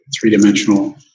three-dimensional